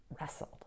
wrestled